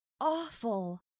awful